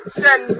send